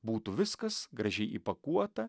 būtų viskas gražiai įpakuota